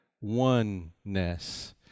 oneness